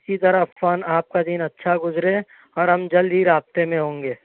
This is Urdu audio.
سیزرعفان آپ کا دن اچھا گزرے اور ہم جلد ہی رابطے میں ہوں گے